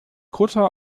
kutter